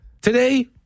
Today